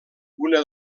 una